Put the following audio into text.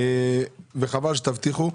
וחבל שתבטיחו.